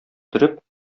төреп